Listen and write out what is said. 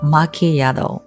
Macchiato